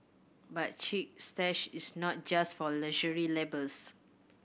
but Chic Stash is not just for luxury labels